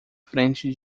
frente